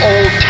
Old